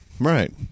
Right